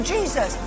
Jesus